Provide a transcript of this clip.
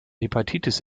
hepatitis